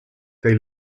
they